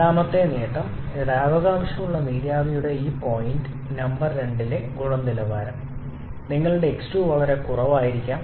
രണ്ടാമത്തെ നേട്ടം ദ്രാവകാംശംഉള്ള നീരാവിയുടെ ഈ പോയിന്റ് നമ്പർ രണ്ടിലെ ഗുണനിലവാരം നിങ്ങളുടെ x2 വളരെ കുറവായിരിക്കാം